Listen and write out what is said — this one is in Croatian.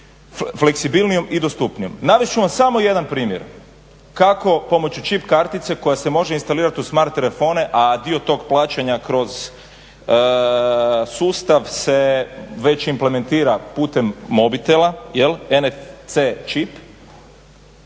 fleksibilnijom i dostupnijom. Navest ću vam samo jedan primjer kako pomoću čip kartice koja se može instalirati u smart telefone, a dio tog plaćanja kroz sustav se već implementira putem mobitela, NFC čip.